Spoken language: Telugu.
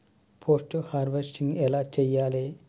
పోస్ట్ హార్వెస్టింగ్ ఎలా చెయ్యాలే?